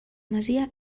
masia